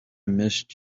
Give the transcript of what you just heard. missed